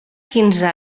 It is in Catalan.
quinze